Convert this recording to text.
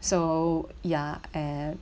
so ya and